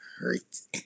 hurts